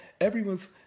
Everyone's